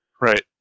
Right